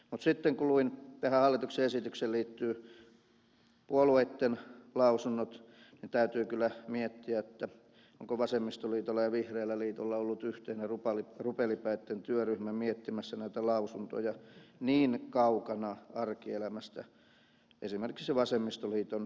mutta sitten kun luin tähän hallituksen esitykseen liittyvät puolueitten lausunnot niin täytyy kyllä miettiä onko vasemmistoliitolla ja vihreällä liitolla ollut yhteinen ropellipäitten työryhmä miettimässä näitä lausuntoja niin kaukana arkielämästä esimerkiksi vasemmistoliiton linjaukset ovat